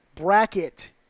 bracket